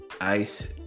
ice